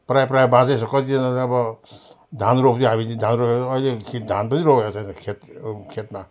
प्रायः प्रायः बाँझै छ कतिजनाले अब धान रोप्थ्यो हामी ति धान अहिलेको खेती धान पनि रोपेको छैन खेत खेतमा